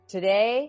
Today